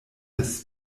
des